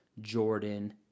Jordan